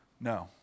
no